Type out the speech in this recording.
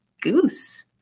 goose